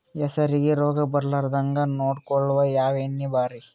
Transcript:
ಹೆಸರಿಗಿ ರೋಗ ಬರಲಾರದಂಗ ನೊಡಕೊಳುಕ ಯಾವ ಎಣ್ಣಿ ಭಾರಿ?